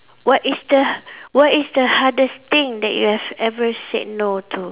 what is the what is the hardest thing that you have ever said no to